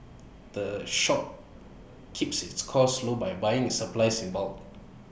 the shop keeps its costs low by buying its supplies in bulk